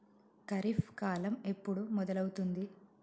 ఖరీఫ్ కాలం ఎప్పుడు మొదలవుతుంది?